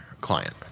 client